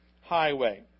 highway